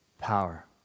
power